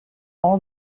all